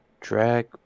drag